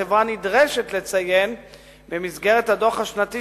החברה נדרשת לציין במסגרת הדוח השנתי